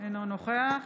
אינו נוכח